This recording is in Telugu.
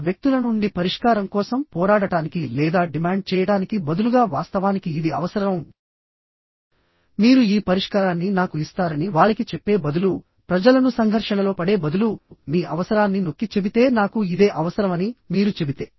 ఆ వ్యక్తుల నుండి పరిష్కారం కోసం పోరాడటానికి లేదా డిమాండ్ చేయడానికి బదులుగా వాస్తవానికి ఇది అవసరంమీరు ఈ పరిష్కారాన్ని నాకు ఇస్తారని వారికి చెప్పే బదులు ప్రజలను సంఘర్షణలో పడే బదులు మీ అవసరాన్ని నొక్కి చెబితే నాకు ఇదే అవసరమని మీరు చెబితే